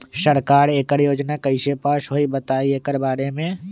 सरकार एकड़ योजना कईसे पास होई बताई एकर बारे मे?